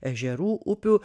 ežerų upių